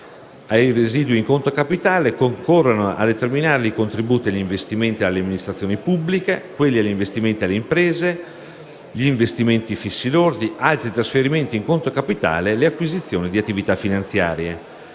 i residui in conto capitale i contributi agli investimenti ad amministrazioni pubbliche, quelli agli investimenti alle imprese, gli investimenti fissi lordi, altri trasferimenti in conto capitale, le acquisizioni di attività finanziarie.